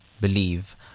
believe